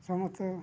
ସମସ୍ତେ